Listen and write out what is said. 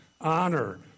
honor